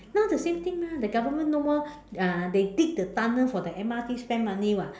now the same thing mah the government no more uh they dig the tunnel for the M_R_T spend money [what]